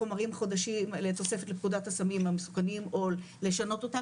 חומרים חדשים לתוספת לפקודת הסמים המסוכנים או לשנות אותה,